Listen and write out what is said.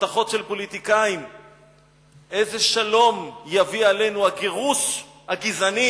הבטחות של פוליטיקאים איזה שלום יביא עלינו הגירוש הגזעני,